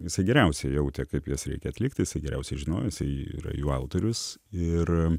jisai geriausiai jautė kaip jas reikia atliktijisai geriausiai žinojo jisai yra jų autorius ir